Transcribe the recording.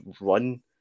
run